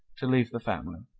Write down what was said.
to leave the family.